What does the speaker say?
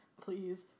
please